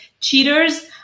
cheaters